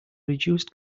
reduced